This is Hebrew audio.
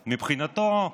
מבחינתו,